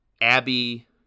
Abby